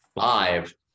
five